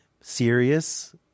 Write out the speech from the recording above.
serious